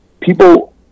People